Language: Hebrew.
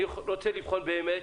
אני רוצה לבחון באמת